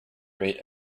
rate